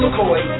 McCoy